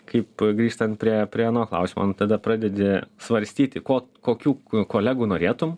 kaip grįžtant prie prie ano klausimo nu tada pradedi svarstyti ko kokių kolegų norėtum